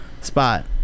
spot